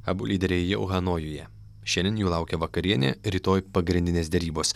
abu lyderiai jau hanojuje šiandien jų laukia vakarienė rytoj pagrindinės derybos